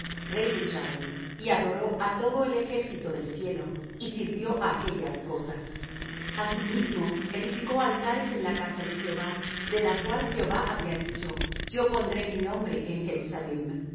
rey de israel y adoró á todo el ejército del cielo y sirvió á aquellas cosas asimismo edificó altares en la casa de jehová de la cual jehová había dicho yo pondré mi nombre en jerusalem